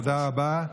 תודה רבה.